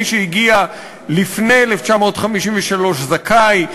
מי שהגיע לפני 1953 זכאי,